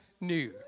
new